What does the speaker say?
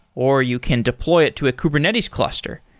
or you can deploy it to a kubernetes cluster,